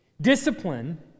Discipline